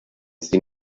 sie